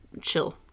chill